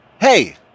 hey